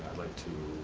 like to,